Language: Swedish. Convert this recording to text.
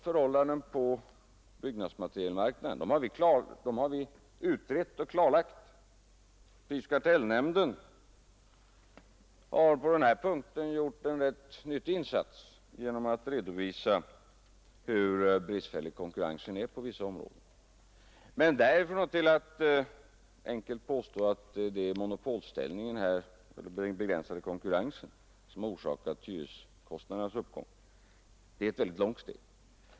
Förhållandena på byggnadsmaterielmarknaden har vi utrett och klarlagt, och prisoch kartellnämnden har gjort en rätt nyttig insats genom att redovisa hur bristfällig konkurrensen är på vissa områden. Men därifrån och till att enkelt påstå att det är monopolställningen, den begränsade konkurrensen, som orsakat hyreskostnadernas uppgång är steget långt.